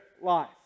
life